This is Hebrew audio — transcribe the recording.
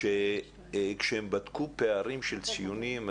כשהם בדקו פערים של ציונים,